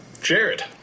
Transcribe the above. Jared